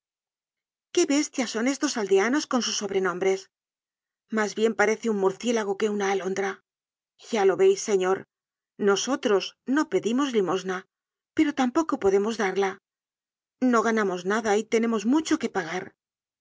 qué bestias son estos aldeanos con sus sobrenombres mas bien parece un murciélago que una alondra ya lo veis señor nosotros no pedimos limosna pero tampoco podemos darla no ganamos nada y tenemos mucho que pagar